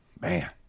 man